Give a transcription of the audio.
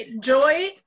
joy